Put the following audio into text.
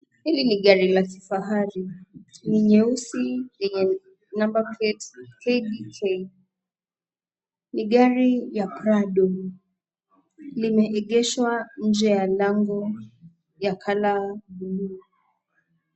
Hili ni gari la kifahari, ni nyeusi lenye number plate KDK ni gari ya Prado limeegeshwa nje ya lango ya colour blue .